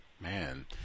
Man